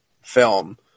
film